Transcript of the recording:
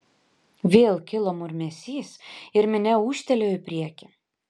vėl kilo murmesys ir minia ūžtelėjo į priekį